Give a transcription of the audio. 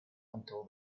until